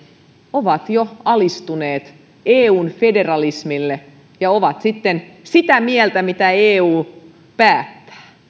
ovat jo alistuneet eun federalismille ja ovat sitten sitä mieltä mitä eu päättää